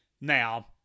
Now